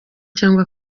cyangwa